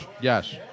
Yes